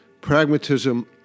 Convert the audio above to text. Pragmatism